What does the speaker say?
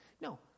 No